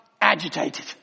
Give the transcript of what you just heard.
agitated